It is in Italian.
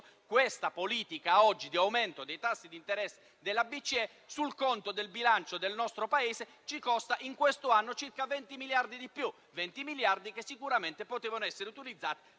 l'attuale politica di aumento dei tassi di interesse della BCE sul conto del bilancio del nostro Paese ci costa in quest'anno circa 20 miliardi di più: si tratta di risorse che sicuramente potevano essere utilizzate